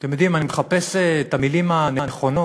אתם יודעים, אני מחפש את המילים הנכונות,